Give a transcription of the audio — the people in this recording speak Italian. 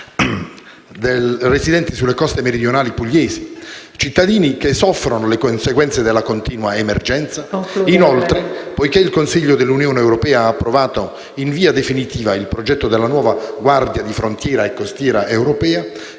Augusta, ma anche sulle coste meridionali pugliesi, cittadini che soffrono le conseguenze della continua emergenza? Inoltre, poiché il Consiglio dell'Unione europea ha approvato in via definitiva il progetto della nuova guardia di frontiera e costiera europea,